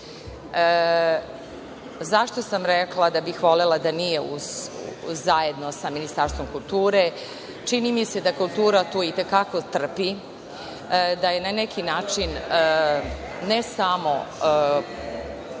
zašto sam rekla da bih volela da nije zajedno sa Ministarstvom kulture? Čini mi se da kultura itekako trpi, da je na neki način ne samo